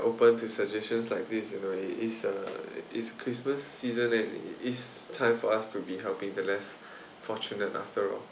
open to suggestions like this you know it is a is christmas season and it is time for us to be helping the less fortunate after all